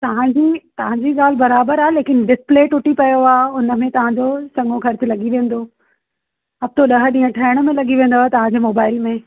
त तव्हांजी ॻाल्हि बराबरि आहे लेकिन डिस्पले टूटी पियो आहे उनमे तव्हांजा चङो ख़र्चु लॻी वेंदो हफ़्तो ॾह ॾींहं ठहिण में लॻी वेंदव तव्हांजो मोबाइल में